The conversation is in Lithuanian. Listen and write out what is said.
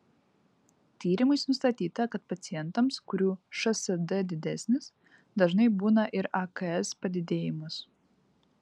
tyrimais nustatyta kad pacientams kurių šsd didesnis dažnai būna ir aks padidėjimas